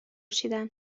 چیدن